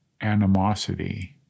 animosity